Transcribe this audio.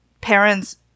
parents